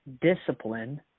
discipline